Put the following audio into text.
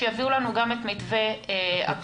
שיביאו לנו גם את מתווה הפיצוי.